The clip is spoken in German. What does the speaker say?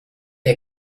der